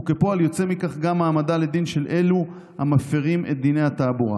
וכפועל יוצא מכך גם העמדה לדין של המפירים את דיני התעבורה.